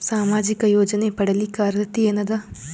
ಸಾಮಾಜಿಕ ಯೋಜನೆ ಪಡಿಲಿಕ್ಕ ಅರ್ಹತಿ ಎನದ?